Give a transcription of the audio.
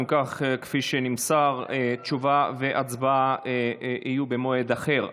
אם כך, כפי שנמסר, תשובה והצבעה יהיו במועד אחר.